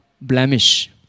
blemish